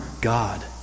God